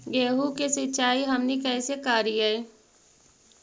गेहूं के सिंचाई हमनि कैसे कारियय?